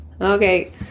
Okay